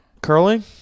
Curling